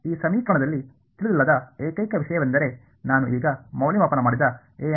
ಈ ಸಮೀಕರಣದಲ್ಲಿ ತಿಳಿದಿಲ್ಲದ ಏಕೈಕ ವಿಷಯವೆಂದರೆ ನಾನು ಈಗ ಮೌಲ್ಯಮಾಪನ ಮಾಡಿದ ans